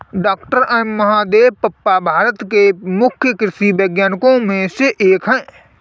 doctor M Mahadevappa Bharat के प्रमुख कृषि वैज्ञानिकों में से एक हैं